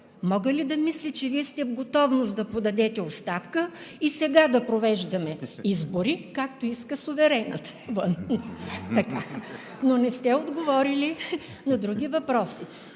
мога ли да мисля, че Вие сте в готовност да подадете оставка и сега да провеждаме избори, както иска суверенът вън? (Реплики от ГЕРБ.) Но не сте отговорили на други въпроси: